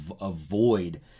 avoid